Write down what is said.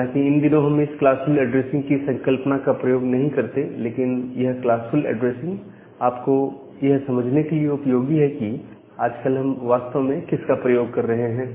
हालांकि इन दिनों हम इस क्लास फुल ऐड्रेसिंग की संकल्पना का प्रयोग नहीं करते लेकिन यह क्लासफुल ऐड्रेसिंग आपको यह समझने के लिए उपयोगी है कि आजकल हम वास्तव में किसका प्रयोग कर रहे हैं